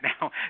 Now